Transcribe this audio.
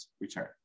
return